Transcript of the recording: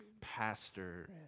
pastor